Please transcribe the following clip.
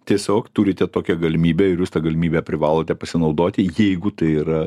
tiesiog turite tokią galimybę ir jūs ta galimybe privalote pasinaudoti jeigu tai yra